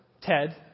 TED